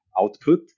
output